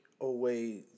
away